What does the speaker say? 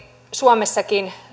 suomessakin